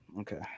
Okay